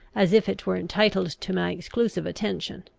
as if it were entitled to my exclusive attention.